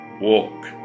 Walk